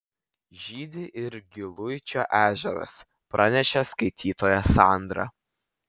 žydi ir giluičio ežeras pranešė skaitytoja sandra